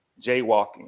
jaywalking